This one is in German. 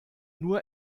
nur